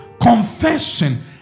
confession